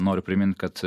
noriu primint kad